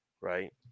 right